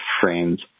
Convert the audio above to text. frames